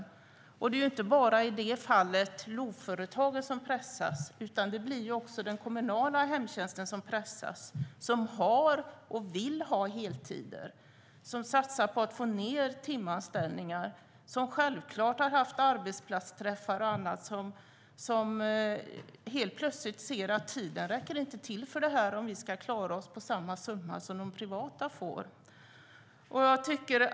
Det är inte bara LOV-företaget som pressas, utan också den kommunala hemtjänsten pressas, där man har och vill ha heltider, satsar på att få ned timanställningar och som självklart har haft arbetsplatsträffar och annat. Men helt plötsligt ser de att tiden inte räcker till för detta om de ska klara sig på samma summa som de privata får.